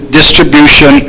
distribution